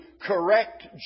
correct